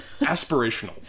Aspirational